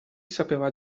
sapeva